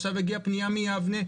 עכשיו הגיעה פנייה מיבנה.